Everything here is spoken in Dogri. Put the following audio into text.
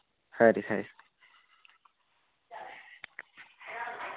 खरी खरी